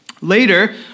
Later